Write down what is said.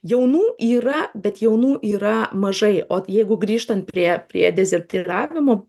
jaunų yra bet jaunų yra mažai o jeigu grįžtant prie prie dezertyravimo